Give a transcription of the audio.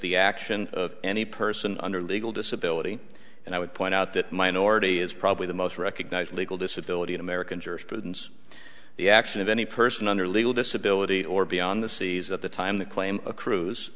the action of any person under legal disability and i would point out that minority is probably the most recognized legal disability in american jurisprudence the action of any person under legal disability or beyond the seas at the time the claim accru